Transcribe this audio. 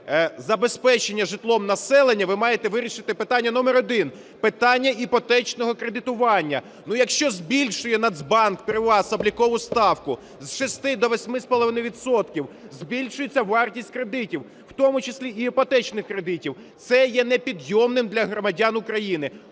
забезпечення житлом населення, ви маєте вирішити питання номер один – питання іпотечного кредитування. Якщо збільшує Нацбанк при вас облікову ставку з 6 до 8,5 відсотка, збільшується вартість кредитів, у тому числі й іпотечних кредитів. Це є непідйомним для громадян України.